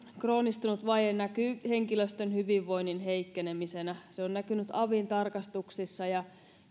kroonistunut vaje näkyy henkilöstön hyvinvoinnin heikkenemisenä se on näkynyt avin tarkastuksissa ja